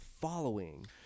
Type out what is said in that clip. following